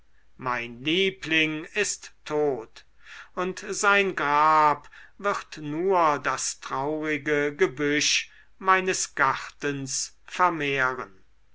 mein liebling ist tot und sein grab wird nur das traurige gebüsch meines gartens vermehren